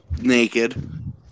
Naked